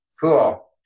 Cool